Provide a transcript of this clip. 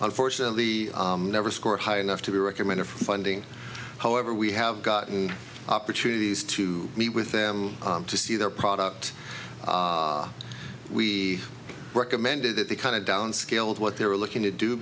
unfortunately never scored high enough to be recommended for funding however we have gotten opportunities to meet with them to see their product we recommended that the kind of down scale of what they're looking to do